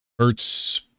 Hertz